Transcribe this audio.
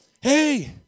hey